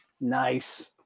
Nice